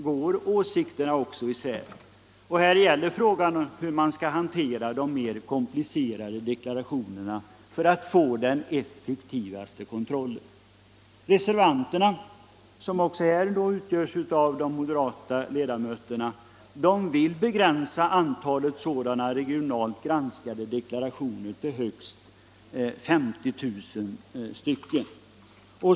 går åsikterna också isär. Här gäller frågan hur man skall hantera de mer komplicerade deklarationerna för att få den effektivaste kontrollen. Reservanterna, som också här utgörs av de moderata ledamöterna, vill begränsa antalet sådana regionalt granskade deklarationer till högst 50 000.